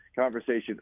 conversation